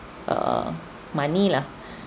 uh money lah